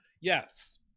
Yes